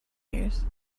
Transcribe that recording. years